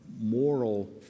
moral